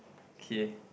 ok